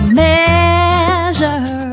measure